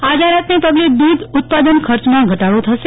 આ જાહેરાત ને પગલે દૂધ ઉત્પાદન ખર્ચમાં ઘટાડો થશે